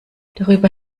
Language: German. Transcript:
darüber